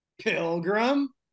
Pilgrim